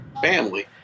family